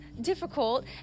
difficult